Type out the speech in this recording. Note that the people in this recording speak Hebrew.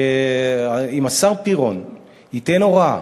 אם השר פירון ייתן הוראה